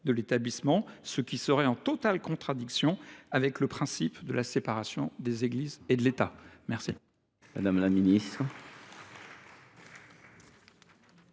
de l’établissement, ce qui entrerait en totale contradiction avec le principe de la séparation des Églises et de l’État ?